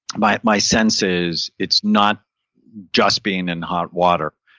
my my sense is it's not just being in hot water.